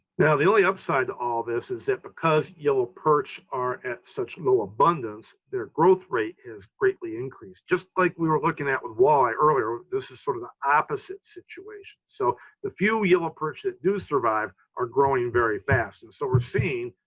now the only upside to all this is that because yellow perch are at such low abundance, their growth rate is greatly increased. just like we were looking at the walleye earlier, this is sort of the opposite situation. so the few yellow perch that do survive are growing very fast. and so we're seeing